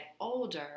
older